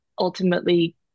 ultimately